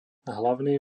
hlavný